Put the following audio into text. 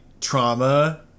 trauma